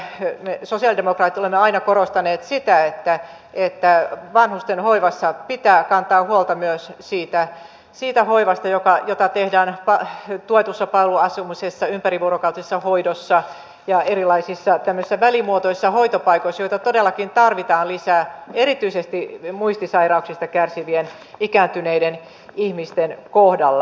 tästä syystä me sosialidemokraatit olemme aina korostaneet sitä että vanhusten hoivassa pitää kantaa huolta myös siitä hoivasta jota tehdään tuetussa palveluasumisessa ympärivuorokautisessa hoidossa ja erilaisissa välimuotoisissa hoitopaikoissa joita todellakin tarvitaan lisää erityisesti muistisairauksista kärsivien ikääntyneiden ihmisten kohdalla